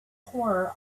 horror